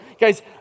guys